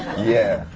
yeah,